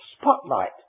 Spotlight